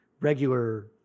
regular